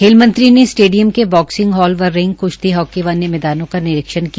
खेल मंत्री ने स्टेडियम के बॉक्सिंग हॉल व रिंग कृश्ती हॉकी रेसलिंग व अन्य मैदानों का निरीक्षण किया